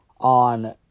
on